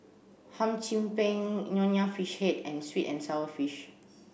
hum Chim Peng Nonya fish head and sweet and sour fish